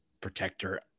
protector